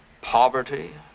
poverty